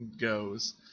goes